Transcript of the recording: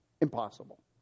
Impossible